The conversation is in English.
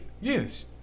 yes